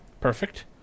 perfect